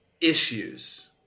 issues